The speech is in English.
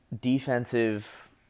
defensive